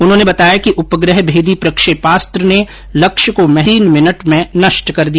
उन्होंने बताया कि उपग्रह भेदी प्रक्षेपास्त्र ने लक्ष्य को महज तीन मिनट में नष्ट कर दिया